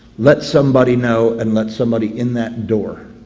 let somebody know and let somebody in that door,